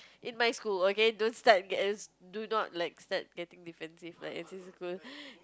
in my school okay don't start getting do not like start getting defensive like as if your school